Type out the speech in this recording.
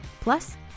plus